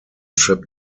trip